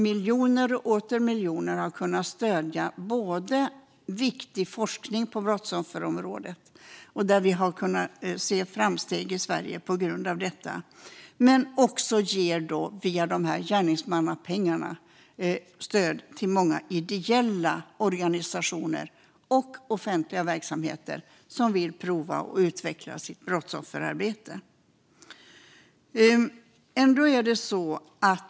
Miljoner och åter miljoner har kunnat stödja viktig forskning på brottsofferområdet, där vi har kunnat se framsteg i Sverige tack vare detta. Via gärningsmannapengarna kan stöd också ges till många ideella organisationer och offentliga verksamheter som vill prova att utveckla sitt brottsofferarbete.